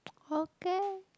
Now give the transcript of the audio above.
okay